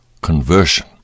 conversion